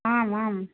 आम् आम्